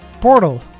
portal